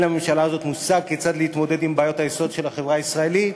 אין לממשלה הזאת מושג כיצד להתמודד עם בעיות היסוד של החברה הישראלית,